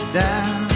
down